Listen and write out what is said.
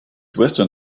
western